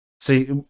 See